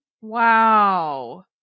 Wow